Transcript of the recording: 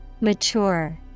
Mature